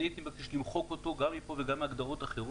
אני הייתי מבקש למחוק אותו גם מפה וגם מהגדרות אחרות.